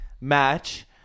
match